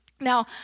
Now